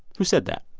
who said that?